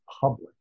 public